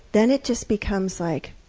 then it just becomes like,